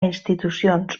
institucions